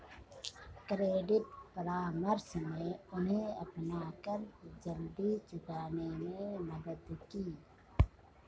credit परामर्श ने उन्हें अपना कर्ज जल्दी चुकाने में मदद की